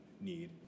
need